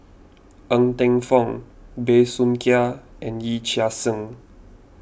Ng Teng Fong Bey Soo Khiang and Yee Chia Hsing